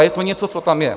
Je to něco, co tam je.